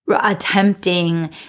attempting